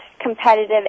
competitive